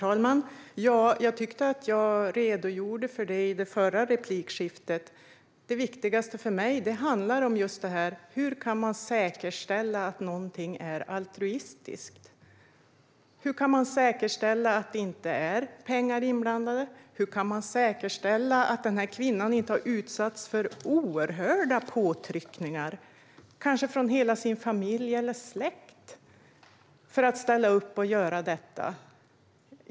Herr talman! Jag tyckte att jag redogjorde för det i det förra replikskiftet. Det viktigaste för mig handlar om det här: Hur kan man säkerställa att någonting är altruistiskt? Hur kan man säkerställa att det inte är pengar inblandade? Hur kan man säkerställa att kvinnan inte har utsatts för oerhörda påtryckningar, kanske från sin familj eller hela sin släkt, för att ställa upp och göra detta?